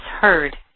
heard